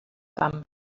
camp